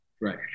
right